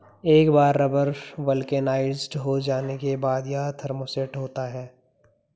एक बार rubber vulcanised हो जाने के बाद, यह थर्मोसेट होता है